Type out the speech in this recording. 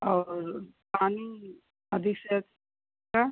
और पानी अधिक से